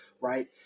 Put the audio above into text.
right